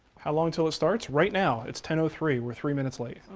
how long till it starts? right now, it's ten three, we're three minutes late.